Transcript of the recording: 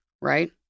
Right